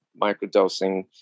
microdosing